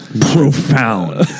Profound